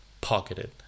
pocketed